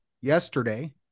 yesterday